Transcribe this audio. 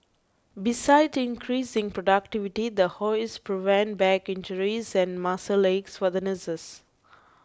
besides increasing productivity the hoists prevent back injuries and muscle aches for the nurses